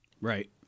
Right